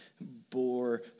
bore